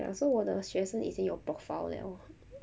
ya so 我的学生已经有 profile liao